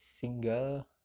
single